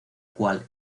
cual